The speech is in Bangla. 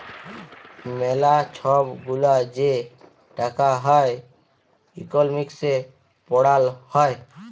ম্যালা ছব গুলা যে টাকা হ্যয় ইকলমিক্সে পড়াল হ্যয়